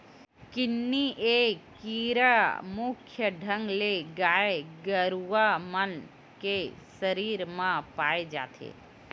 किन्नी ए कीरा मुख्य ढंग ले गाय गरुवा मन के सरीर म पाय जाथे